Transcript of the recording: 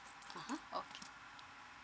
(uh huh) okay